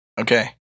Okay